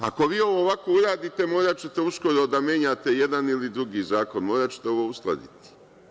Dalje, ako vi ovo ovako uradite, moraćete uskoro da menjate jedan ili drugi zakon, moraćete ovo uskladiti.